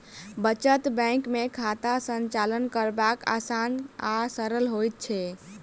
बचत बैंक मे खाता संचालन करब आसान आ सरल होइत छै